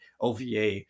OVA